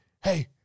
hey